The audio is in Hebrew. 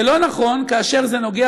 זה לא נכון כאשר זה נוגע,